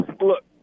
look